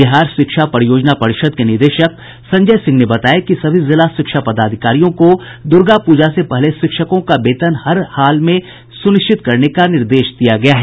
बिहार शिक्षा परियोजना परिषद के निदेशक संजय सिंह ने बताया कि सभी जिला शिक्षा पदाधिकारियों को दुर्गा पूजा से पहले शिक्षकों का वेतन भुगतान हरहाल में सुनिश्चित करने का निर्देश दिया गया है